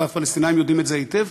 והפלסטינים יודעים את זה היטב,